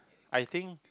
I think